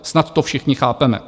Snad to všichni chápeme.